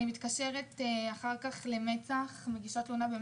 התקשרתי למצ"ח כדי להגיש שם תלונה.